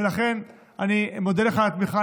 ולכן, אני מודה לך על התמיכה.